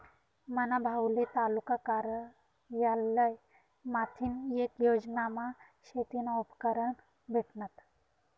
मना भाऊले तालुका कारयालय माथीन येक योजनामा शेतीना उपकरणं भेटनात